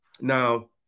Now